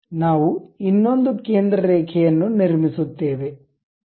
ನಾವು ಇನ್ನೊಂದು ಕೇಂದ್ರ ರೇಖೆಯನ್ನು ನಿರ್ಮಿಸುತ್ತೇವೆ ಓ